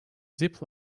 zip